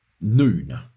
noon